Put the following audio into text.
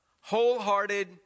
wholehearted